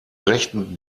rechten